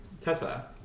Tessa